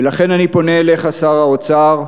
ולכן אני פונה אליך, שר האוצר,